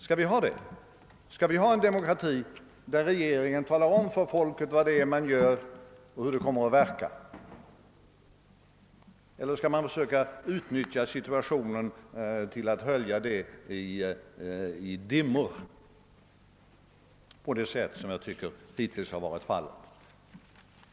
Skall regeringen tala om för folket vad det är den vill göra och hur det kommer att verka, eller skall den söka hölja detta i dimmor så som hittills varit fallet?